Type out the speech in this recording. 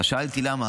שאלתי למה,